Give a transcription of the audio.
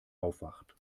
aufwacht